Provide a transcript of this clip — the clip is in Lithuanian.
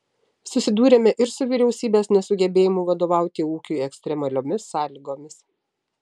susidūrėme ir su vyriausybės nesugebėjimu vadovauti ūkiui ekstremaliomis sąlygomis